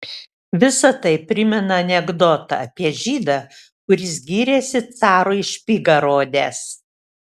visa tai primena anekdotą apie žydą kuris gyrėsi carui špygą rodęs